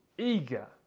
eager